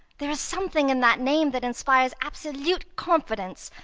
there is something in that name that inspires absolute confidence.